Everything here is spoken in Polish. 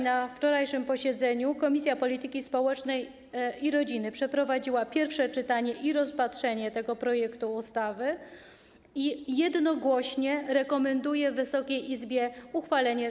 Na wczorajszym posiedzeniu Komisja Polityki Społecznej i Rodziny przeprowadziła pierwsze czytanie oraz rozpatrzyła powyższy projekt ustawy i jednogłośnie rekomenduje Wysokiej Izbie jej uchwalenie.